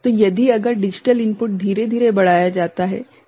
तो यदि अगर डिजिटल इनपुट धीरे धीरे बढ़ाया जाता है ठीक है